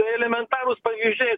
tai elementarūs pavyzdžiai